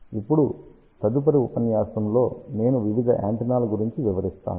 ఇప్పుడు తదుపరి ఉపన్యాసంలో నేను వివిధ యాంటెన్నాల గురించి వివరిస్తాను